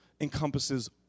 encompasses